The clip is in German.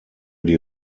die